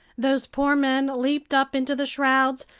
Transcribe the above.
those poor men leaped up into the shrouds,